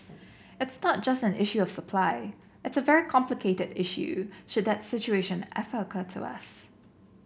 it's not just an issue of supply it's a very complicated issue should that situation ever occur to us